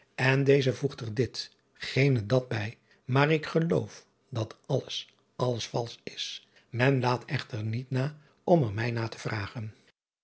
en deze voegt er dit gene dat bij maar ik geloof driaan oosjes zn et leven van illegonda uisman dat alles alles valsch is en laat echter niet na om er mij na te vragen